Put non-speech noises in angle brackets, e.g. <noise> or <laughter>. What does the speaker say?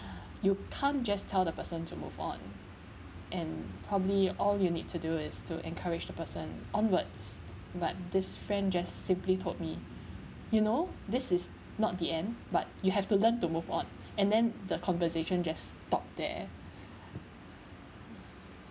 <breath> you can't just tell the person to move on and probably all you need to do is to encourage the person onwards but this friend just simply told me you know this is not the end but you have to learn to move on and then the conversation just stopped there